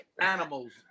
animals